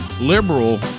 liberal